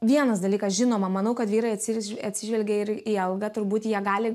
vienas dalykas žinoma manau kad vyrai atsiž atsižvelgia ir į algą turbūt jie gali